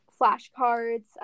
flashcards